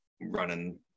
running